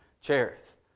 Cherith